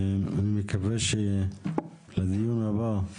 אני מקווה שלדיון הבא,